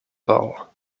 ball